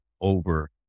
over